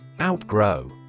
Outgrow